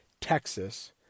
Texas